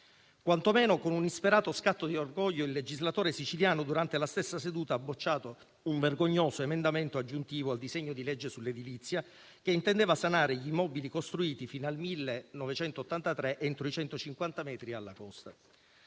Quanto meno, con un insperato scatto di orgoglio, il legislatore siciliano, durante la stessa seduta, ha bocciato un vergognoso emendamento aggiuntivo al disegno di legge sull'edilizia che intendeva sanare gli immobili costruiti fino al 1983 entro i 150 metri dalla costa.